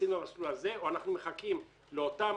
השאלה שלנו היא מה קורה לאותן